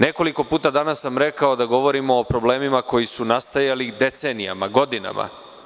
Nekoliko puta danas sam rekao da govorimo o problemima koji su nastajali decenijama, godinama.